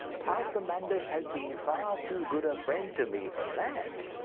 pastor manders has been far too good a friend to me for that.